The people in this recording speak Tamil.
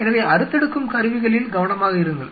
எனவே அறுத்தெடுக்கும் கருவிகளில் கவனமாக இருங்கள்